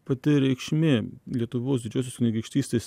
pati reikšmė lietuvos didžiosios kunigaikštystės